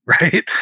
right